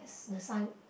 the sign